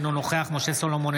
אינו נוכח משה סולומון,